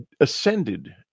ascended